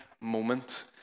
moment